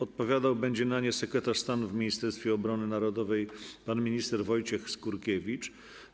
Odpowiadał będzie na nie sekretarz stanu w Ministerstwie Obrony Narodowej pan minister Wojciech Skurkiewicz.